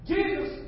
Jesus